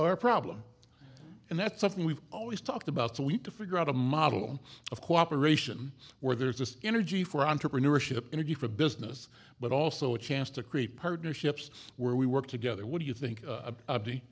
are a problem and that's something we've always talked about so we need to figure out a model of cooperation where there's this energy for entrepreneurship energy for business but also a chance to create partnerships where we work together what do you think